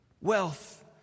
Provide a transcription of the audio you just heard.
wealth